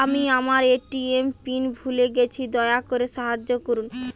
আমি আমার ATM PIN ভুলে গেছি, দয়া করে সাহায্য করুন